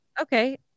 okay